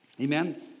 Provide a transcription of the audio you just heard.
Amen